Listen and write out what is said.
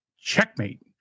checkmate